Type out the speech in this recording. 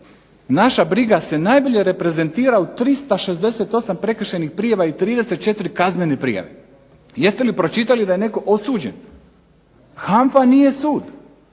naša briga se najbolje reprezentira u 368 prekršajnih prijava i 34 kaznene prijave, jeste li pročitali da je netko osuđen. HANFA nije sud,